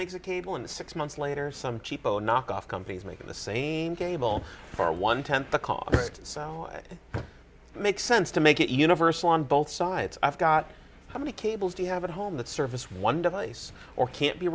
makes a cable in the six months later some cheapo knock off companies making the same gable for one tenth the cost so it makes sense to make it universal on both sides i've got how many cables do you have at home that serviced one device or can't be